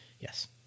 Yes